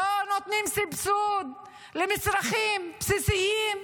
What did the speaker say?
לא נותנים סבסוד למצרכים בסיסיים,